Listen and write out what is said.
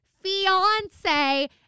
fiance